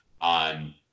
on